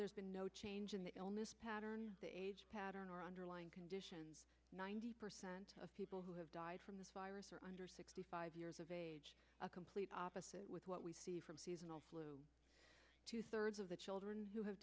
there's been no change in the pattern pattern or underlying condition ninety percent of people who have died from this virus are under sixty five years of age a complete opposite with what we see from seasonal flu two thirds of the children who have